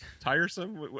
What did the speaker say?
Tiresome